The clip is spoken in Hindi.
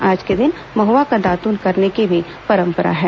आज के दिन महआ का दातून करने की परंपरा भी है